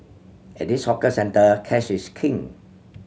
at this hawker centre cash is king